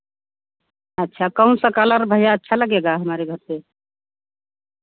अच्छा कौन सा कलर भैया अच्छा लगेगा हमारे घर पे